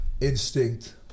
instinct